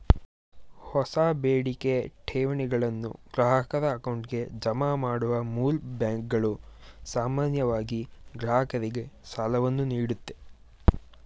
ಹೊಸ ಬೇಡಿಕೆ ಠೇವಣಿಗಳನ್ನು ಗ್ರಾಹಕರ ಅಕೌಂಟ್ಗೆ ಜಮಾ ಮಾಡುವ ಮೂಲ್ ಬ್ಯಾಂಕ್ಗಳು ಸಾಮಾನ್ಯವಾಗಿ ಗ್ರಾಹಕರಿಗೆ ಸಾಲವನ್ನು ನೀಡುತ್ತೆ